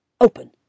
Open